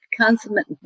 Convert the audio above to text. consummate